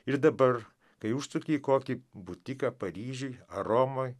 ir dabar kai užsuki į kokį butiką paryžiuj ar romoj